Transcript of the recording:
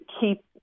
keep